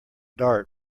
dart